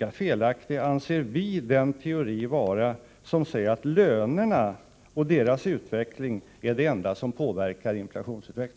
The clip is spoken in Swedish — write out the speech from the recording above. att vi anser den teori lika felaktig som säger att lönerna och deras utveckling är det enda som påverkar inflationen.